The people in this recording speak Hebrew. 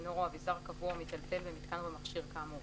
צינור או אביזר קבוע או מיטלטל במיתקן או במכשיר כאמור,